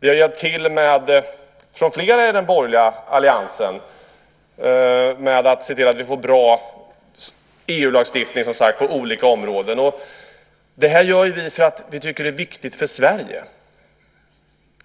Vi har hjälpt till från flera i den borgerliga alliansen med att se till att vi får bra EU-lagstiftning på olika områden. Detta gör vi ju för att vi tycker att det är viktigt för Sverige.